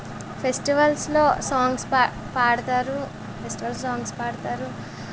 ఫెస్టివల్స్లో songs పా పాడతారు festival songs పాడతారు